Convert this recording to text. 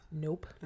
Nope